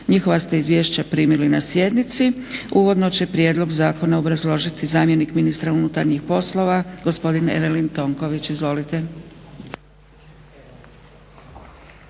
Njihova ste izvješća primili na sjednici. Uvodno će prijedlog zakona obrazložiti zamjenik ministra unutarnjih poslova, gospodin Evelin Tonković. Izvolite.